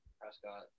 Prescott